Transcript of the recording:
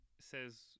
says